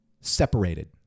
separated